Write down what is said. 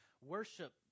worship